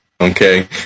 Okay